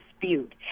dispute